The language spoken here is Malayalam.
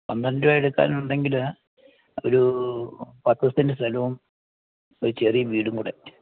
പന്ത്രണ്ട് രൂപ എടുക്കാൻ ഉണ്ടെങ്കിൽ ഒരു പത്ത് സെൻറ്റ് സ്ഥലവും ഒരു ചെറിയ വീടും കൂടെ